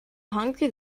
hungry